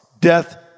Death